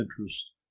interest